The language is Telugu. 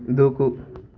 దూకు